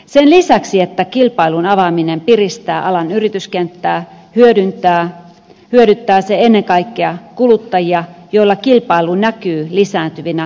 sen lisäksi että kilpailun avaaminen piristää alan yrityskenttää hyödyttää se ennen kaikkea kuluttajia joilla kilpailu näkyy lisääntyvinä palveluvaihtoehtoina